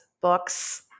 books